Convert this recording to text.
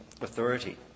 authority